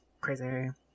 crazy